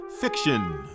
Fiction